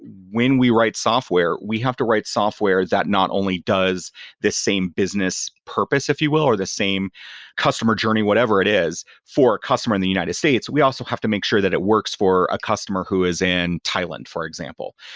when we write software, we have to write software that not only does the same business purpose if you will or the same customer journey, whatever it is, for a customer in the united states. we also have to make sure that it works for a customer who is in thailand, for example.